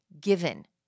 given